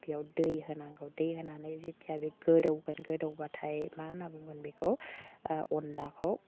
बेयाव दै होनांगौ दै होनानै जिथिया बे गोदौगोन गोदौबाथाय मा होन्ना बुंगोन बेखौ अनलाखौ